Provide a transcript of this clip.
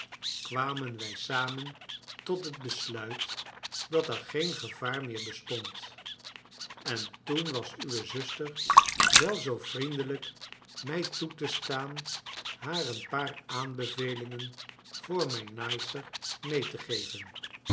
kwamen wij samen tot het besluit dat er geen gevaar meer bestond en toen was uwe zuster wel zoo vriendelijk mij toe te staan haar een paar aanbevelingen voor mijn naaister mee te geven